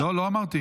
לא, לא אמרתי.